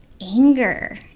anger